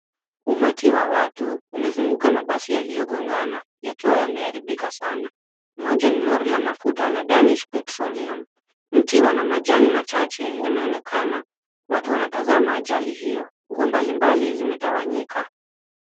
Umati wa watu umezunguka mabasi yaliyogogana yakiwa yameharibika sana. Moja ni lori la mafuta la Danish Petroleum. Mti wana majani machache yameonekana. Watu wanatazama ajali hiyo. Nguo mbalimbali zimetawanyika.